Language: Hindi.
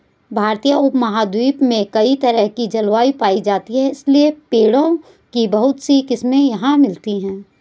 भारतीय उपमहाद्वीप में कई तरह की जलवायु पायी जाती है इसलिए पेड़ों की बहुत सी किस्मे यहाँ मिलती हैं